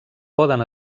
poden